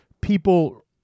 people